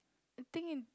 I think